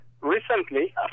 recently